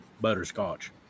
butterscotch